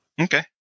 Okay